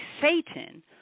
Satan